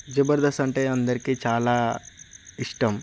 జబర్దస్త్ అంటే అందరికి చాలా ఇష్టం